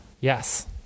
Yes